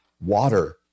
water